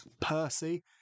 Percy